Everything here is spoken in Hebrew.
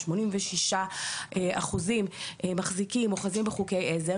86 אחוזים אוחזים בחוקי עזר